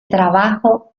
trabajo